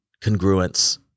congruence